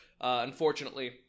unfortunately